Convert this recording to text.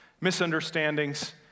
misunderstandings